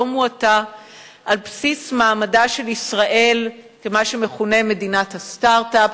מועטה על בסיס מעמדה של ישראל ומה שמכונה "מדינת הסטארט-אפ",